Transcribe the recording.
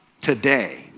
today